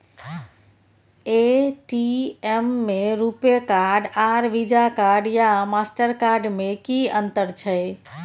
ATM में RuPay card आर Visa card या मास्टर कार्ड में कि अतंर छै?